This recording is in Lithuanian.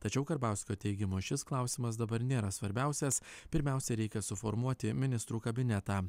tačiau karbauskio teigimu šis klausimas dabar nėra svarbiausias pirmiausia reikia suformuoti ministrų kabinetą